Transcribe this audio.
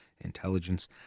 Intelligence